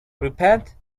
repent